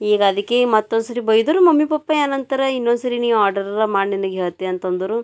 ಈಗ ಅದಿಕ್ಕಿ ಮತ್ತೊಂದ್ಸರಿ ಬೈದರು ಮಮ್ಮಿ ಪಪ್ಪ ಏನಂತಾರೆ ಇನ್ನೊಂದ್ಸರಿ ನೀ ಆರ್ಡರೆಲ್ಲ ಮಾಡು ನಿನಿಗೆ ಹೇಳ್ತೆ ಅಂತಂದರು